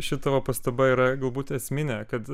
šita va pastaba yra galbūt esminė kad